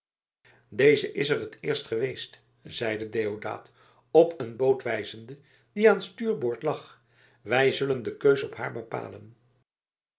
deze is er het eerst geweest zeide deodaat op een boot wijzende die aan stuurboord lag wij zullen de keus op haar bepalen